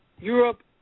Europe